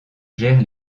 gère